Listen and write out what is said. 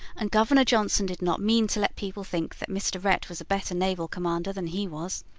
and governor johnson did not mean to let people think that mr. rhett was a better naval commander than he was.